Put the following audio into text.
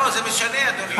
לא, זה משנה, אדוני.